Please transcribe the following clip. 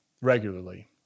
regularly